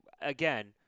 again